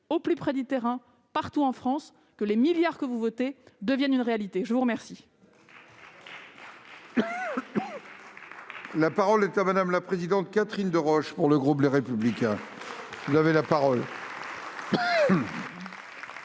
au plus près du terrain, partout en France, que les milliards d'euros que vous votez deviennent une réalité ! La parole